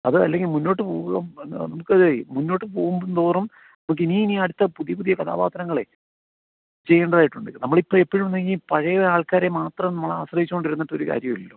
അത് അല്ലെങ്കിൽ മുന്നോട്ട് മുന്നോട്ട് പോകുംതോറും നമുക്ക് ഇനി ഇനിയും അടുത്ത പുതിയ പുതിയ കഥാപാത്രങ്ങളെ ചെയ്യണ്ടതായിട്ടുണ്ട് നമ്മൾ ഇപ്പോൾ എപ്പഴും ആണെങ്കിൽ പഴയ ആൾക്കാരെ മാത്രം നമ്മൾ ആശ്രയിച്ചുകൊണ്ടിരുന്നിട്ട് ഒരു കാര്യവും ഇല്ലല്ലോ